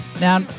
Now